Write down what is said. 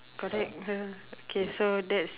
correct okay so that's